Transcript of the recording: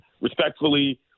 respectfully